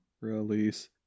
release